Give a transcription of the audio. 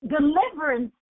Deliverance